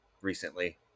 recently